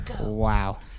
Wow